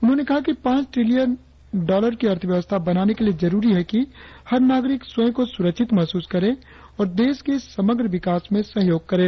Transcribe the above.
उन्होंने कहा कि पांच ट्रिलियन डालर की अर्थव्यवस्था बनाने के लिए जरुरी है कि हर नागरिक स्वयं को सुरक्षित महसूस करे और देश के समग्र विकास में सहयोग करें